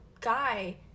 guy